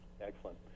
Excellent